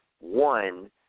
One